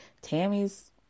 Tammy's